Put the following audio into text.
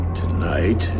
tonight